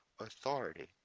authority